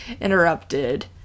interrupted